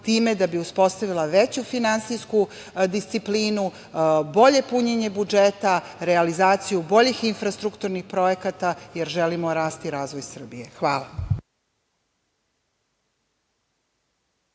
da bi uspostavila veću finansijsku disciplinu, bolje punjenje budžeta, realizaciju boljih infrastrukturnih projekata, jer želimo rast i razvoj Srbije. Hvala.